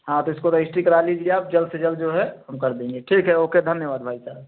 हाँ तो इसको रजिस्ट्री करा लीजिए आप जल्द से जल्द जो है हम कर देंगे ठीक है ओके धन्यवाद भाई साहब